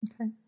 Okay